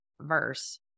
verse